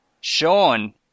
Sean